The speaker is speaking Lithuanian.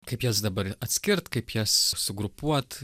kaip jas dabar atskirt kaip jas sugrupuot